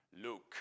Luke